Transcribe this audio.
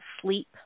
sleep